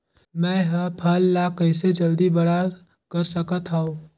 मैं ह फल ला कइसे जल्दी बड़ा कर सकत हव?